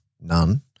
none